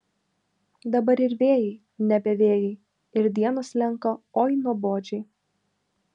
dabar ir vėjai nebe vėjai ir dienos slenka oi nuobodžiai